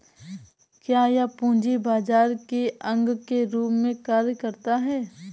क्या यह पूंजी बाजार के अंग के रूप में कार्य करता है?